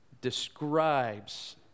describes